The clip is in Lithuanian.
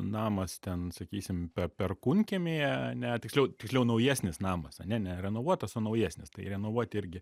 namas ten sakysim perkūnkiemyje ne tiksliau tiksliau naujesnis namas ane ne renovuotas o naujesnis tai renovuoti irgi